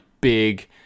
big